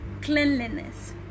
cleanliness